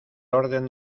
orden